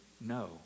no